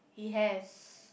he has